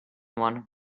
one